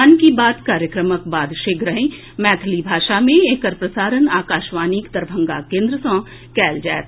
मन की बात कार्यक्रमक बाद शीघ्रहि मैथिली भाषा मे एकर प्रसारण आकाशवाणीक दरभंगा केन्द्र सँ कयल जायत